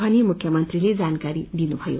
भनी मुख्यमंत्रीले जानकारी दिनुभयो